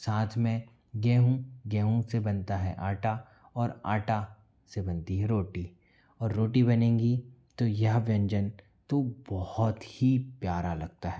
साथ में गेहूँ गेहूँ से बनता है आटा और आटा से बनती है रोटी और रोटी बनेंगी तो यह व्यंजन तो बहुत ही प्यारा लगता है